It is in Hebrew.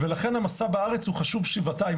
ולכן המסע בארץ הוא חשוב שבעתיים.